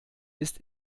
ist